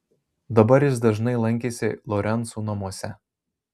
dabar jis dažnai lankėsi lorencų namuose